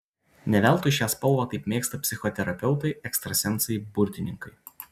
ne veltui šią spalvą taip mėgsta psichoterapeutai ekstrasensai burtininkai